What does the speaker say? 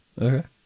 Okay